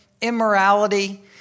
immorality